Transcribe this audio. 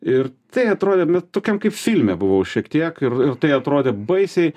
ir tai atrodė na tokiam kaip filme buvau šiek tiek ir ir tai atrodė baisiai